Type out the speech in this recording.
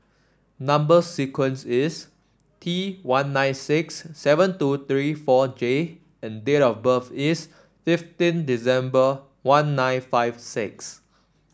number sequence is T one nine six seven two three four J and date of birth is fifteen December one nine five six